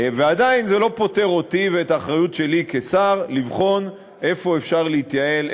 ועדיין זה לא פוטר אותי מהאחריות שלי כשר לבחון איפה אפשר להתייעל,